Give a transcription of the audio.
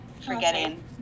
forgetting